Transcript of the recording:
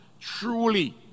truly